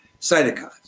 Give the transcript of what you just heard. cytokines